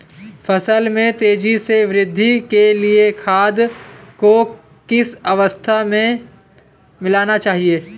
फसल में तेज़ी से वृद्धि के लिए खाद को किस अवस्था में मिलाना चाहिए?